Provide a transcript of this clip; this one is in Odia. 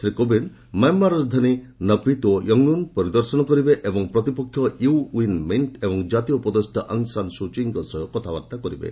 ଶ୍ରୀ କୋବିନ୍ଦ ମିଆଁମାର ରାଜଧାନୀ ନପିତ ଓ ୟଙ୍ଗୁନ୍ ପରିଦର୍ଶନ କରିବେ ଏବଂ ପ୍ରତିପକ୍ଷ ୟୁ ଞ୍ଚିନ୍ ମିଣ୍ଟ ଏବଂ ଜାତୀୟ ଉପଦେଷ୍ଟା ଅଙ୍ଗ୍ ସାନ୍ ସୁଚୀଙ୍କ ସହ କଥାବାର୍ତ୍ତା କରିବେ